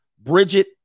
Bridget